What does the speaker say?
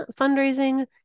fundraising